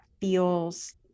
feels